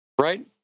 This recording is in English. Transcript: right